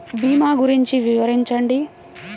భీమా గురించి వివరించండి?